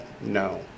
No